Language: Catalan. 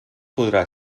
podrà